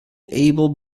able